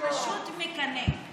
אתה פשוט מקנא.